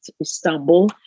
Istanbul